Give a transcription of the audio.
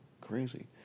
Crazy